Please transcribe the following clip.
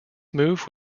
move